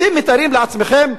אתם מתארים לעצמכם?